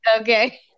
Okay